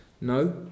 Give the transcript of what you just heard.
No